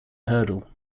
hurdle